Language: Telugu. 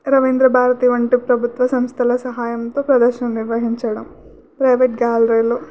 రవీంద్ర భారతి వంటి ప్రభుత్వ సంస్థల సహాయంతో ప్రదర్శనం నిర్వహించడం ప్రైవేట్ గ్యాలరీలు